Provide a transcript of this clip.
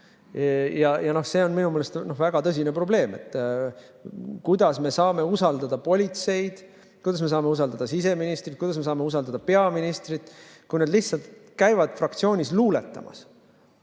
See on minu meelest väga tõsine probleem, sest kuidas me saame usaldada politseid, kuidas me saame usaldada siseministrit, kuidas me saame usaldada peaministrit, kui nad lihtsalt käivad fraktsioonis luuletamas?